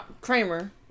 Kramer